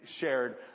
shared